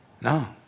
No